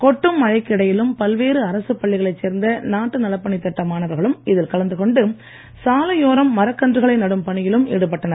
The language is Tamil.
கொட்டும் மழைக்கு இடையிலும் பல்வேறு அரசுப் பள்ளிகளைச் சேர்ந்த நாட்டு நலப்பணித் திட்ட மாணவர்களும் இதில் கலந்துகொண்டு சாலையோரம் மரக் கன்றுகளை நடும் பணியிலும் ஈடுபட்டனர்